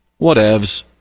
whatevs